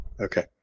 okay